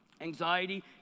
Anxiety